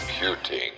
computing